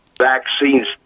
vaccines